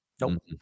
Nope